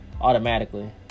automatically